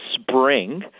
spring